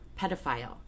pedophile